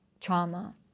trauma